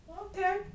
Okay